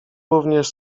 również